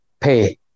pay